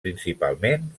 principalment